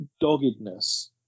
doggedness